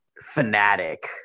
fanatic